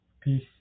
Peace